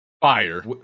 Fire